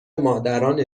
مادران